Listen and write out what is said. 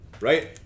Right